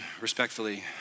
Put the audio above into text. respectfully